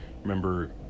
Remember